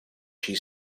she